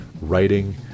writing